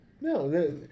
No